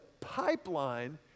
pipeline